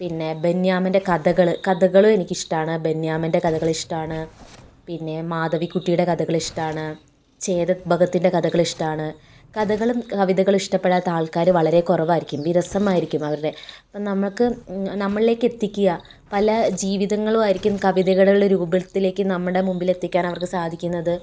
പിന്നെ ബെന്യാമൻ്റെ കഥകൾ കഥകളും എനിക്ക് ഇഷ്ടമാണ് ബെന്യാമൻ്റെ കഥകളും ഇഷ്ടമാണ് പിന്നെ മാധവിക്കുട്ടിയുടെ കഥകൾ ഇഷ്ടമാണ് ചേതൻ ഭഗത്തിൻ്റെ കഥകൾ ഇഷ്ടമാണ് കഥകളും കവിതകളും ഇഷ്ടപ്പെടാത്ത ആൾക്കാർ വളരെ കുറവായിരിക്കും വിരസമായിരിക്കും അവരുടെ അപ്പോൾ നമുക്ക് നമ്മളിലേക്ക് എത്തിക്കുക പല ജീവിതങ്ങളും ആയിരിക്കും കവിതകളുടെ രൂപത്തിലേക്ക് നമ്മുടെ മുന്നിൽ എത്തിക്കാൻ അവർക്ക് സാധിക്കുന്നത്